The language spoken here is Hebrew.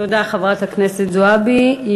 תודה, חברת הכנסת זועבי.